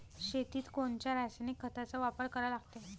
शेतीत कोनच्या रासायनिक खताचा वापर करा लागते?